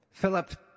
Philip